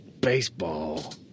baseball